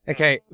Okay